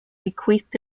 bequeathed